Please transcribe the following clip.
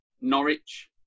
Norwich